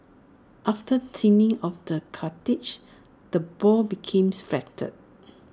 after thinning of the cartilage the ball became flattened